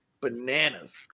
bananas